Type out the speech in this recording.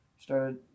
started